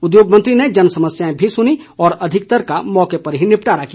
उद्योग मंत्री ने जनसमस्याएं भी सुनीं और अधिकतर का मौके पर ही निपटारा किया